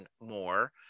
more